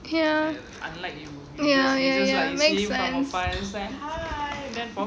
ya ya ya ya makes sense